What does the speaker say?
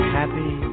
happy